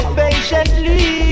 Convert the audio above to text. patiently